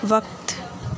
وقت